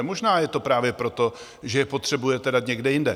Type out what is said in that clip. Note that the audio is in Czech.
Možná je to právě proto, že je potřebujete dát někde jinde.